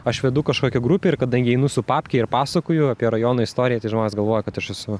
aš vedu kažkokią grupę ir kadangi einu su papke ir pasakoju apie rajono istoriją tai žmonės galvoja kad aš esu